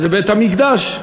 זה בית-המקדש.